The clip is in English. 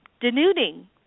denuding